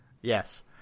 Yes